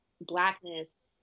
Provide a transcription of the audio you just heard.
blackness